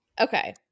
okay